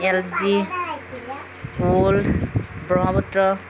L G gold Brahmaputra